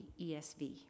ESV